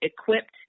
equipped